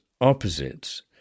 opposites